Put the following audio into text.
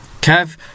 kev